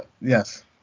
Yes